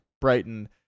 Brighton